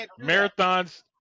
marathons